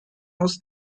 aus